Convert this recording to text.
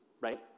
right